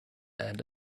and